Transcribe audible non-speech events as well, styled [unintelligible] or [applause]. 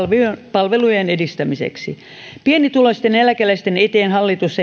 palveluiden edistämiseksi pienituloisten eläkeläisten eteen hallitus [unintelligible]